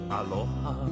aloha